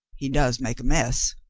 he does make a mess,